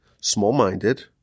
small-minded